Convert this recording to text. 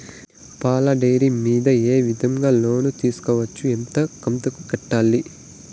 పాల డైరీ మీద ఏ విధంగా లోను తీసుకోవచ్చు? ఎంత కంతు కట్టాలి?